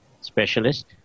specialist